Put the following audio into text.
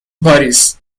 پاریس